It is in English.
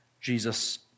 Jesus